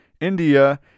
India